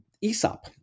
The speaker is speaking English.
Aesop